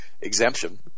exemption